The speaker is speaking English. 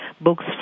books